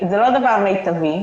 זה לא דבר מיטבי.